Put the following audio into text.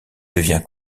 devient